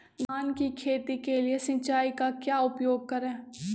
धान की खेती के लिए सिंचाई का क्या उपयोग करें?